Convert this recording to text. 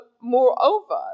moreover